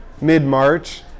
mid-March